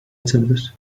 açabilir